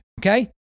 Okay